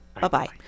Bye-bye